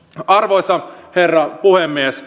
arvoisa herra puhemies